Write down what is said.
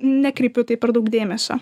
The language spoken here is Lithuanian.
nekreipiu į tai per daug dėmesio